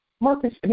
Marcus